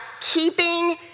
keeping